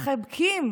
מחבקים